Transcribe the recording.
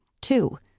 Two